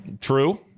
True